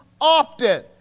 often